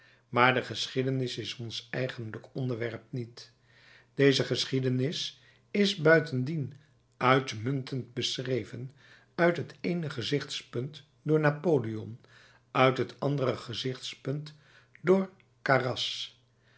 maar de geschiedenis is ons eigenlijk onderwerp niet deze geschiedenis is buitendien uitmuntend beschreven uit het eene gezichtspunt door napoleon uit het andere gezichtspunt door charras